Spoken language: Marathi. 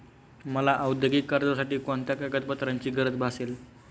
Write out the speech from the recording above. मला औद्योगिक कर्जासाठी कोणत्या कागदपत्रांची गरज भासेल?